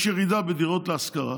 ויש ירידה בדירות להשכרה,